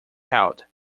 held